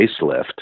facelift